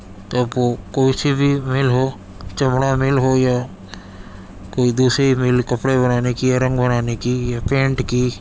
تب وہ کوئی سی بھی مل ہو چمڑا مل ہو یا کوئی دوسری مل کپڑے بنانے کی یا رنگ بنانے کی یا پینٹ کی